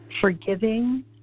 forgiving